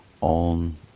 on